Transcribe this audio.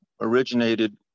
originated